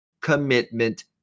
commitment